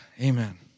Amen